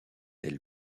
elle